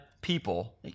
people